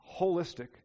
holistic